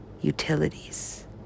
utilities